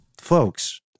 folks